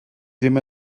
ddim